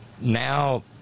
now